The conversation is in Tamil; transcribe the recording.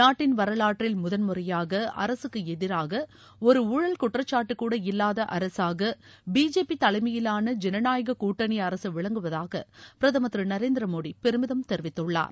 நாட்டின் வரலாற்றில் முதன் முறையாக அரசுக்கு எதிராக ஒரு ஊழல் குற்றச்சாட்டு கூட இல்லாத அரசாக பிஜேபி தலைமையிலான ஜனநாயக கூட்டணி அரசு விளங்குவதாக பிரதமர் திரு நரேந்திர மோடி பெருமிதம் தெரிவித்துள்ளார்